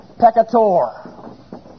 Peccator